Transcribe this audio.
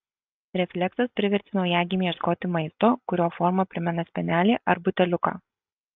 refleksas priverčia naujagimį ieškoti maisto kurio forma primena spenelį ar buteliuką